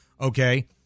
okay